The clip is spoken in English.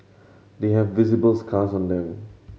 they have visible scars on them